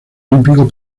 olímpicos